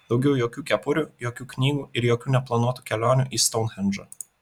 daugiau jokių kepurių jokių knygų ir jokių neplanuotų kelionių į stounhendžą